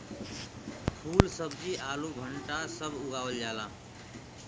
फूल सब्जी आलू भंटा सब उगावल जाला